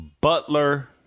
Butler